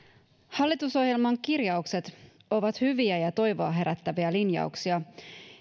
hallitusohjelman kirjaukset ovat hyviä ja toivoa herättäviä linjauksia